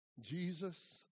Jesus